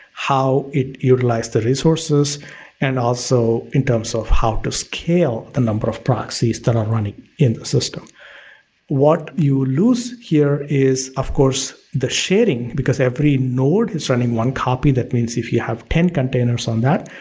how it utilizes the resources and also, in terms of how they scale the number of proxies that are running in the system what you lose here is, of course, the sharing because every node is running one copy that means if you have ten containers on that,